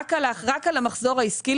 רק על המחזור העסקי,